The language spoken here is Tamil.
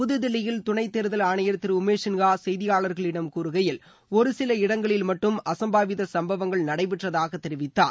புதுதில்லியில் துணைத் தேர்தல் ஆணையர் திரு உமேஷ் சின்ஹா செய்தியாளர்களிடம் கூறுகையில் ஒருசில இடங்களில் மட்டும் அசம்பாவித சும்பவங்கள் நடைபெற்றதாக தெரிவித்தார்